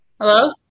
Hello